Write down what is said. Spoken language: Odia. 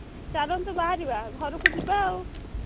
ଚାଲନ୍ତୁ ବାହାରିବା ଘରକୁ ଯିବା ଆଉ